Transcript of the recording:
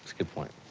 good point.